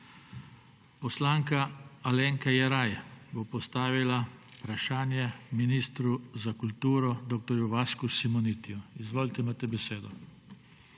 Poslanka Alenka Jeraj bo postavila vprašanje ministru za kulturo dr. Vasku Simonitiju. Izvolite, imate besedo.